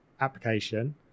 application